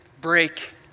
break